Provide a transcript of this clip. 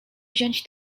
wziąć